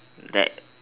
that